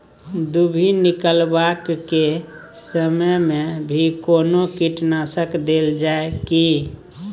दुभी निकलबाक के समय मे भी कोनो कीटनाशक देल जाय की?